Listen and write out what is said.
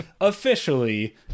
officially